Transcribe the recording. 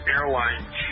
Airline